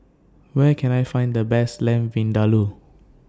Where Can I Find The Best Lamb Vindaloo